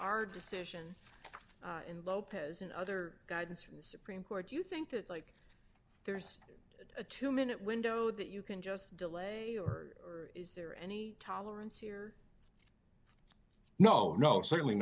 our decision in lopez and other guidance from the supreme court do you think that like there's a two minute window that you can just delay or is there any tolerance here no no certainly